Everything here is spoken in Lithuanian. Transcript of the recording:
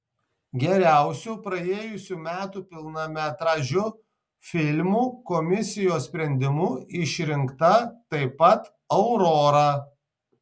geriausiu praėjusių metų pilnametražiu filmu komisijos sprendimu išrinkta taip pat aurora